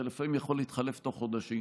זה לפעמים יכול להתחלף תוך חודשים,